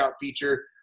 feature